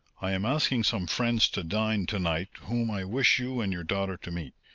i am asking some friends to dine to-night whom i wish you and your daughter to meet.